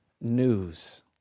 news